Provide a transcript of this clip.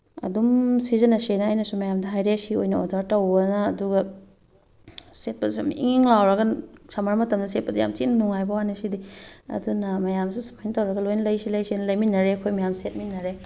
ꯑꯗꯨꯝ ꯁꯤꯖꯤꯟꯅꯁꯦꯅ ꯑꯩꯅꯁꯨ ꯃꯌꯥꯝꯗ ꯍꯥꯏꯔꯦ ꯁꯤ ꯑꯣꯏꯅ ꯑꯣꯗꯔ ꯇꯧꯑꯣꯅ ꯑꯗꯨꯒ ꯁꯦꯠꯄꯁꯨ ꯌꯥꯝ ꯏꯪ ꯏꯪ ꯂꯥꯎꯔꯒ ꯁꯝꯃꯔ ꯃꯇꯝꯗ ꯁꯦꯠꯄꯗ ꯌꯥꯝ ꯊꯤꯅ ꯅꯨꯡꯉꯥꯏꯕ ꯋꯥꯅꯦ ꯁꯤꯗꯤ ꯑꯗꯨꯅ ꯃꯌꯥꯝꯁꯨ ꯁꯨꯃꯥꯏꯅ ꯇꯧꯔꯒ ꯂꯣꯏ ꯂꯩꯁꯤ ꯂꯩꯁꯤꯅ ꯂꯩꯃꯤꯟꯅꯔꯦ ꯑꯩꯈꯣꯏ ꯃꯌꯥꯝ ꯁꯦꯠꯃꯤꯟꯅꯔꯦ